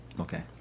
Okay